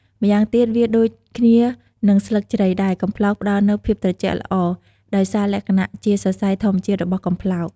ម្យ៉ាងទៀតវាដូចគ្នានឹងស្លឹកជ្រៃដែរ កំប្លោកផ្ដល់នូវភាពត្រជាក់ល្អ ដោយសារលក្ខណៈជាសរសៃធម្មជាតិរបស់កំប្លោក។